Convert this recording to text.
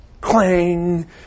clang